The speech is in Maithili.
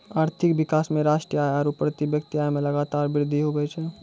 आर्थिक विकास मे राष्ट्रीय आय आरू प्रति व्यक्ति आय मे लगातार वृद्धि हुवै छै